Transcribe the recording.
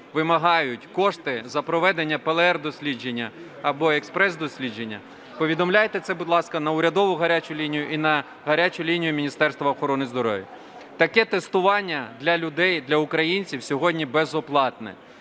вимагають кошти за проведення ПЛР-дослідження або експрес-дослідження, повідомляйте це, будь ласка, на урядову гарячу лінію і на гарячу лінію Міністерства охорони здоров'я. Таке тестування для людей, для українців сьогодні безоплатне.